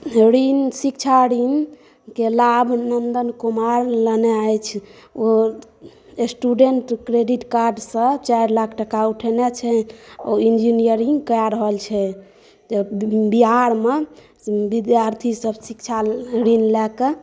ऋण शिक्षा ऋणके लाभ नंदन कुमार लेने अछि ओ स्टूडेंट क्रेडिट कार्डस चारि लाख टका उठेने छै ओ ईंजिनीयरिंग कए रहल छै जे बिहारमे विद्यार्थीसभ शिक्षा ऋण लए कऽ